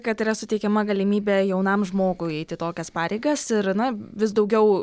kad yra suteikiama galimybė jaunam žmogui eiti tokias pareigas ir na vis daugiau